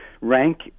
rank